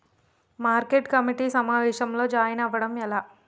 Market committee సమావేశంలో join అవ్వడం ఎలా?